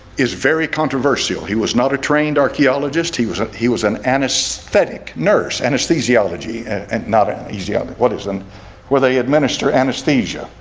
is very controversial. he was not a trained archaeologist. he was he was an anaesthetic nurse anesthesiology and and not an easy other what isn't where they administer anesthesia.